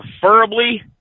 Preferably